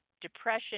depression